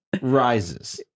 rises